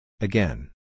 again